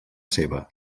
seva